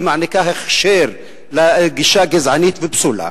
מעניקה הכשר לגישה גזענית ופסולה.